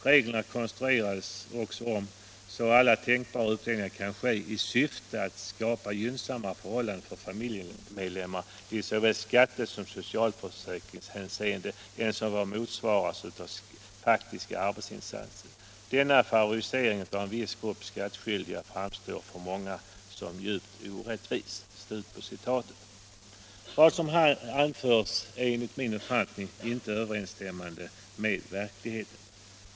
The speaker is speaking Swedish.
Reglerna konstruerades också om så att alla tänkbara uppdelningar kan ske i syfte att skaffa gynnsammare förhållanden för familjemedlemmar i såväl skattesom socialförsäkringshänseende än som motsvaras av den faktiska arbetsinsatsen. Denna favorisering av en viss grupp skattskyldiga framstår för många som djupt orättvis.” Vad som här anförs är enligt min uppfattning inte överensstämmande med verkligheten.